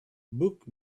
book